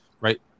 right